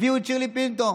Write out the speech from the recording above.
הביאו את שירלי פינטו,